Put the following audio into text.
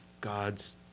God's